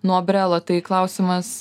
nuo brelo tai klausimas